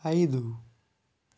ఐదు